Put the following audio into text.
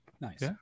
Nice